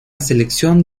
selección